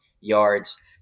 yards